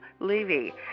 Levy